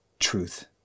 truth